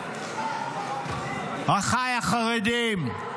אחיי החרדים,